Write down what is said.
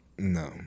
No